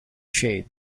shade